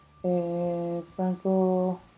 Franco